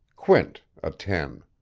quint a ten.